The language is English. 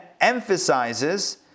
emphasizes